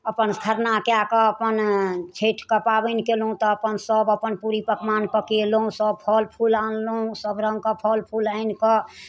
अपन खरना कए कऽ अपन छैठके पाबैन केलहुँ तऽ अपन सब अपन पूरी पकमान पकेलहुँ सब फल फूल आनलहुँ सब रङ्गके फल फूल आनिकऽ